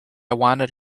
wanted